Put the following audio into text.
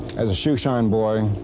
as a shoeshine boy,